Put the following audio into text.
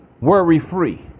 worry-free